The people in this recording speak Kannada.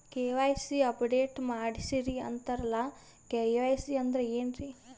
ಕೆ.ವೈ.ಸಿ ಅಪಡೇಟ ಮಾಡಸ್ರೀ ಅಂತರಲ್ಲ ಕೆ.ವೈ.ಸಿ ಅಂದ್ರ ಏನ್ರೀ?